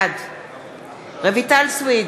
בעד רויטל סויד,